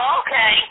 okay